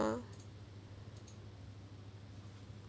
uh